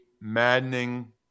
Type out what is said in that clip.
Maddening